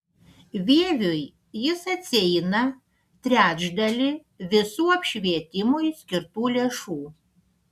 vieviui jis atsieina trečdalį visų apšvietimui skirtų lėšų